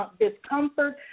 discomfort